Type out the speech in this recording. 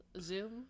Zoom